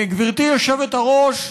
גברתי היושבת-ראש,